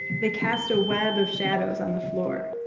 they cast a web of shadows on the floor.